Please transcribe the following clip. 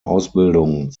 ausbildung